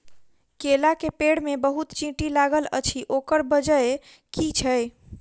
केला केँ पेड़ मे बहुत चींटी लागल अछि, ओकर बजय की छै?